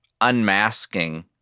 unmasking